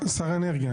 שר האנרגיה.